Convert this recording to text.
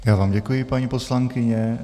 Já vám děkuji, paní poslankyně.